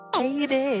baby